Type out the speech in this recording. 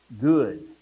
good